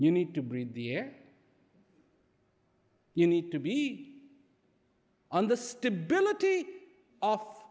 you need to breathe the air you need to be on the stability of